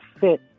fit